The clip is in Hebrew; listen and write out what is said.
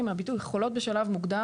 חולים בשלב מוקדם,